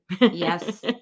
Yes